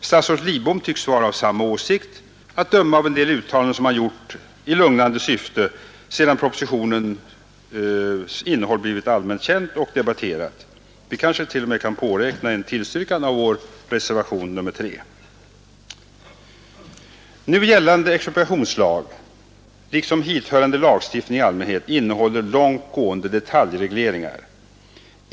Statsrådet Lidbom tycks vara av samma åsikt att döma av en del uttalanden som han gjort i lugnande syfte sedan propositionens innehåll blivit allmänt känt och debatterat. Vi kanske t.o.m. kan påräkna en tillstyrkan av vår reservation 3. Nu gällande expropriationslag liksom hithörande lagstiftning i allmänhet innehåller långt gående detaljregleringar.